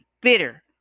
bitter